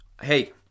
hey